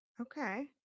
okay